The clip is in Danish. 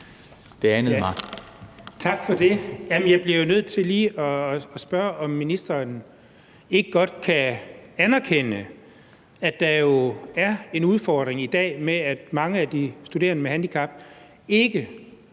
Tak for det. Jamen jeg bliver jo nødt til lige at spørge, om ministeren ikke godt kan anerkende, at der i dag er en udfordring med, at mange af de studerende med handicap ikke